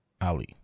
ali